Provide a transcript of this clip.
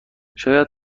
شاید